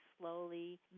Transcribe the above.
slowly